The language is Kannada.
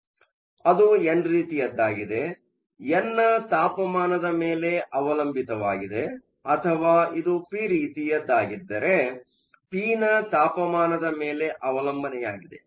ಆದ್ದರಿಂದಅದು ಎನ್ ರೀತಿಯದ್ದಾಗಿದ್ದರೆ ಎನ್ ನ ತಾಪಮಾನದ ಮೇಲೆ ಅವಲಂಬಿತವಾಗಿದೆ ಅಥವಾ ಇದು ಪಿ ರೀತಿಯದ್ದಾಗಿದ್ದರೆ ಪಿನ ತಾಪಮಾನದ ಮೇಲೆ ಅವಲಂಬನೆಯಾಗಿದೆ